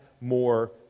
more